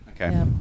Okay